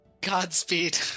Godspeed